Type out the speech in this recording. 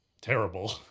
terrible